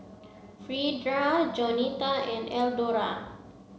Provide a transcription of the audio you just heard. Freda Jaunita and Eldora